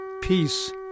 peace